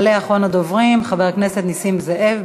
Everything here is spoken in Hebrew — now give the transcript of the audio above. יעלה אחרון הדוברים, חבר הכנסת נסים זאב.